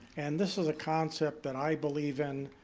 and this is a concept that i believe in,